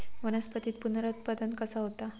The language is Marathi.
वनस्पतीत पुनरुत्पादन कसा होता?